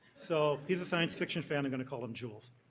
so he's a science fiction fan i'm going to call him jules.